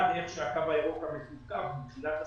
איך הקו הירוק המקווקו מתחילת הסגר,